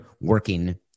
working